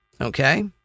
Okay